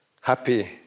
happy